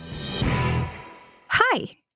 Hi